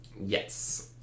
Yes